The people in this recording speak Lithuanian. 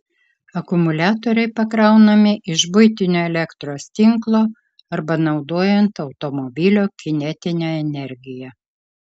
akumuliatoriai pakraunami iš buitinio elektros tinklo arba naudojant automobilio kinetinę energiją